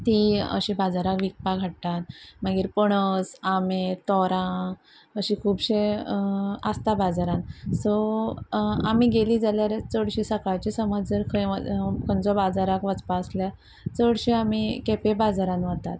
ती अशी बाजाराक विकपाक हाडटात मागीर पणस आबे तोरां अशें खुबशे आसता बाजारांत सो आमी गेली जाल्यार चडशी सकाळचे समज जर खंय खंयचो बाजाराक वचपा आसल्या चडशे आमी केपें बाजारान वतात